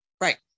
Right